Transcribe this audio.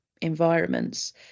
environments